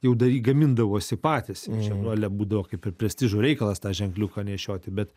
jau dary gamindavosi patys čia nu ale būdavo kaip ir prestižo reikalas tą ženkliuką nešioti bet